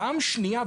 ופעם שנייה,